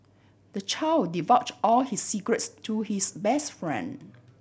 the child divulge all his secrets to his best friend